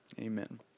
amen